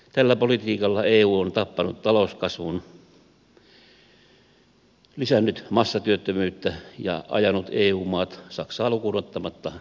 tällä politiikalla eu on tappanut talouskasvun lisännyt massatyöttömyyttä ja ajanut eu maat saksaa lukuun ottamatta deflaatioon